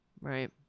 right